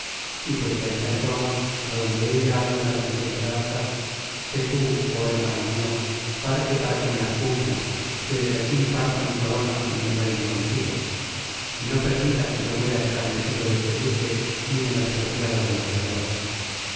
y pues ya está en roma adonde ella ha librado mis esperanzas sé tú oh hermano mio parte para que me las cumpla que desde aquí parto mi corona y mi reino contigo y no permitas que yo muera escarnecido deste duque ni menospreciado de la que adoro